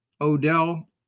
Odell